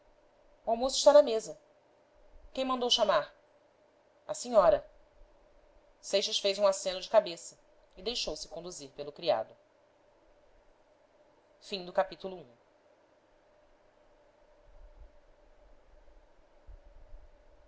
o almoço está na mesa quem mandou chamar a senhora seixas fez um aceno de cabeça e deixou-se conduzir pelo criado no centro da